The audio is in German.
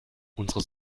unsere